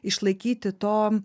išlaikyti to